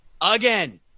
again